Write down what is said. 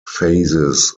phases